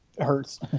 hurts